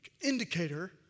indicator